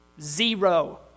Zero